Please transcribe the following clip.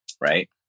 right